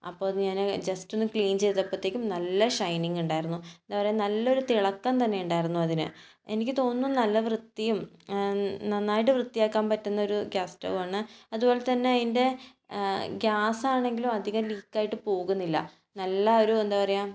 അപ്പോൾ അത് ഞാൻ ജസ്റ്റ് ഒന്ന് ക്ലീൻ ചെയ്തപ്പോഴത്തേക്കും നല്ല ഷൈനിങ്ങുണ്ടായിരുന്നു എന്താ പറയുക നല്ലൊരു തിളക്കം തന്നെ ഉണ്ടായിരുന്നു അതിന് എനിക്ക് തോന്നുന്നു നല്ല വൃത്തിയും നന്നായിട്ട് വൃത്തിയാകാൻ പറ്റുന്ന ഒരു ഗ്യാസ് സ്റ്റവാണ് അതുപോലെ തന്നെ അതിൻ്റെ ഗ്യാസ് ആണെങ്കിലും അധികം ലീക്കായിട്ട് പോകുന്നില്ല നല്ലൊരു എന്താ പറയുക